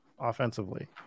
offensively